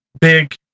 big